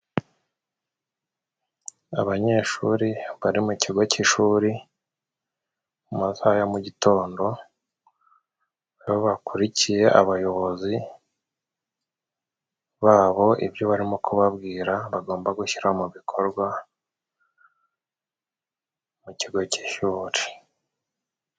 Abanyeshuri bari mu kigo cy'ishuri mu masaha ya mu gitondo aho bakurikiye abayobozi babo ibyo barimo kubabwira bagomba gushyira mu bikorwa mu kigo cy'ishyuri.